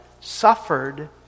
suffered